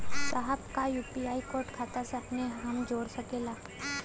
साहब का UPI code खाता से अपने हम जोड़ सकेला?